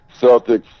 Celtics